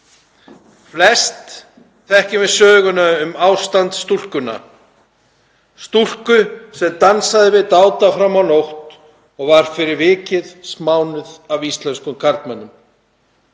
Flest þekkjum við söguna um ástandsstúlkuna, stúlku sem dansaði við dáta fram á nótt og var fyrir vikið smánuð af íslenskum karlmönnum.